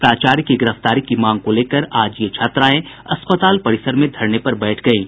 प्राचार्य की गिरफ्तारी की मांग को लेकर आज ये छात्राएं अस्पताल परिसर में धरने पर बैठ गयीं